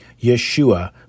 Yeshua